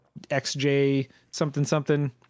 XJ-something-something